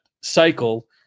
cycle